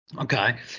okay